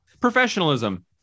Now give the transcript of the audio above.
Professionalism